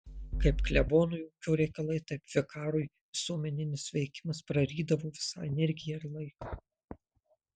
kaip klebonui ūkio reikalai taip vikarui visuomeninis veikimas prarydavo visą energiją ir laiką